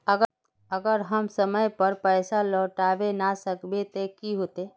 अगर हम समय पर पैसा लौटावे ना सकबे ते की होते?